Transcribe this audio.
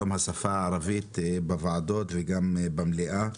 יום השפה הערבית בוועדות וגם במליאה.